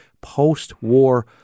post-war